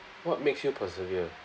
what makes you persevere